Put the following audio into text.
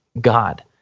God